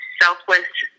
selfless